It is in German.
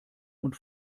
und